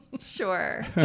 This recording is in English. Sure